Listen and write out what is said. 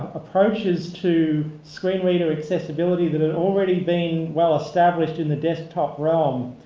approaches to screen reader accessibility that had already been well-established in the desktop realm.